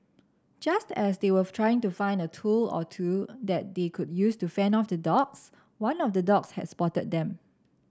just as they were trying to find a tool or two that they could use to fend off the dogs one of the dogs has spotted them